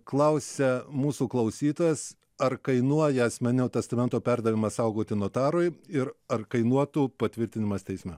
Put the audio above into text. klausia mūsų klausytojas ar kainuoja asmeninio testamento perdavimas saugoti notarui ir ar kainuotų patvirtinimas teisme